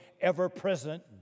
ever-present